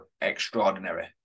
extraordinary